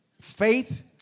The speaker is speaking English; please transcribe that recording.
Faith